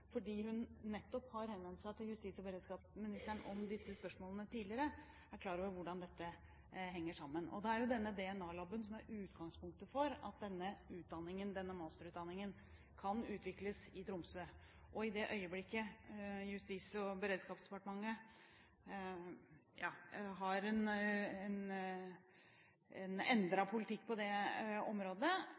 fordi hun nettopp har henvendt seg til justis- og beredskapsministeren om disse spørsmålene tidligere, er klar over hvordan dette henger sammen. Det er jo denne DNA-laben som er utgangspunktet for at denne masterutdanningen kan utvikles i Tromsø. I det øyeblikket Justis- og beredskapsdepartementet har en endret politikk på det området